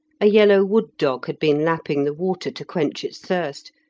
a yellow wood-dog had been lapping the water to quench its thirst,